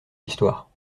d’histoire